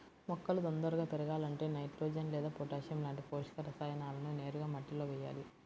మొక్కలు తొందరగా పెరగాలంటే నైట్రోజెన్ లేదా పొటాషియం లాంటి పోషక రసాయనాలను నేరుగా మట్టిలో వెయ్యాలి